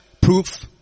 proof